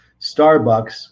starbucks